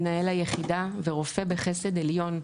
מנהל היחידה ורופא בחסד עליון,